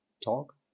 talk